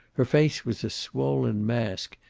her face was a swollen mask,